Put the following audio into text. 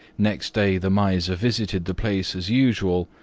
next day the miser visited the place as usual,